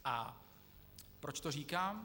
A proč to říkám?